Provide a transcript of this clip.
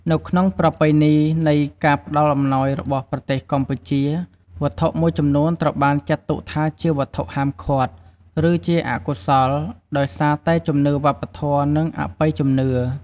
នៅក្នុងប្រពៃណីនៃការផ្តល់អំណោយរបស់ប្រទេសកម្ពុជា វត្ថុមួយចំនួនត្រូវបានចាត់ទុកថាជាវត្ថុហាមឃាត់ ឬជាអកុសលដោយសារតែជំនឿវប្បធម៌ និងអបិយជំនឿ។